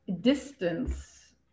distance